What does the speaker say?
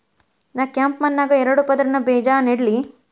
ನಾ ಕೆಂಪ್ ಮಣ್ಣಾಗ ಎರಡು ಪದರಿನ ಬೇಜಾ ನೆಡ್ಲಿ?